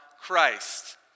Christ